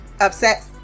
upset